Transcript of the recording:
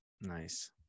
Nice